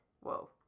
Whoa